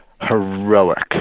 heroic